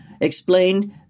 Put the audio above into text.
explained